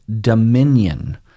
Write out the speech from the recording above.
dominion